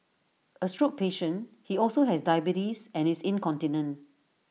A stroke patient he also has diabetes and is incontinent